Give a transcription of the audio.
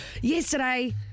Yesterday